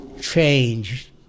changed